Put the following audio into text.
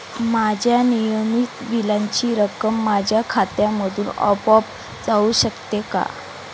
माझ्या नियमित बिलाची रक्कम माझ्या खात्यामधून आपोआप जाऊ शकते का?